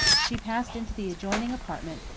she passed into the adjoining apartment,